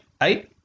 Eight